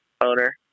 owner